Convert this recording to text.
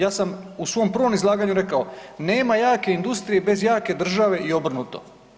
Ja sam u svom prvom izlaganju rekao, nema jake industrije bez jake države i obrnuto.